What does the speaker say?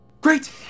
Great